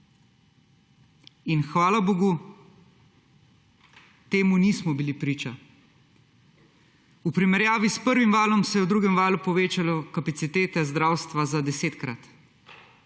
Hvala bogu temu nismo bili priča. V primerjavi s prvim valom se je v drugem valu povečalo kapacitete zdravstva za desetkrat.